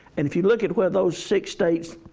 and if you look at where those six states